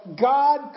God